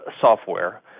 software